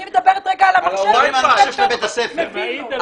אני מדברת על המחשב שבית הספר מביא לו.